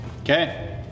Okay